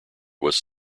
was